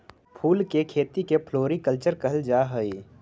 फूल के खेती के फ्लोरीकल्चर कहल जा हई